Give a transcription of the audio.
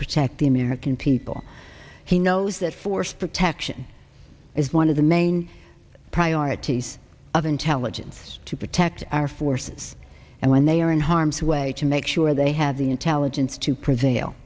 protect the american people he knows that force protection is one of the main priorities of intelligence to protect our forces and when they are in harm's way to make sure they have the intelligence to prevail